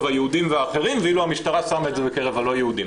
היהודים והאחרים ואילו המשטרה שמה בקרב הלא יהודים.